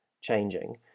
changing